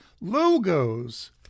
logos